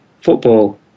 football